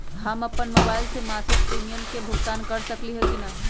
हम अपन मोबाइल से मासिक प्रीमियम के भुगतान कर सकली ह की न?